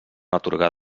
atorgar